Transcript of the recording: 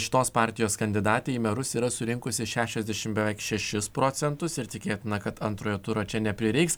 šitos partijos kandidatė į merus yra surinkusi šešiasdešimt beveik šešis procentus ir tikėtina kad antrojo turo čia neprireiks